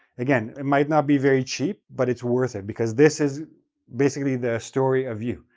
again, it might not be very cheap, but it's worth it because this is basically the story of you.